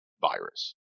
virus